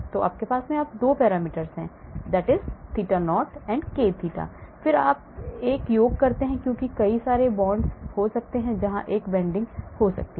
तो आपके पास 2 पैरामीटर हैं theta knot and k theta और फिर से आप एक योग करते हैं क्योंकि कई bonds हो सकते हैं जहां एक bending हो सकता है